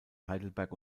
heidelberg